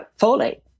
folate